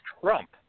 Trump